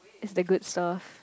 is that good serve